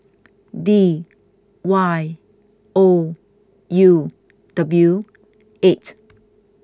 D Y O U W eight